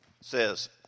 says